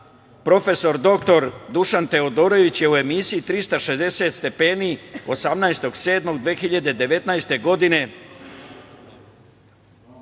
doktor Dušan Teodorović je u emisiji „360 stepeni“ 18.07.2019. godine,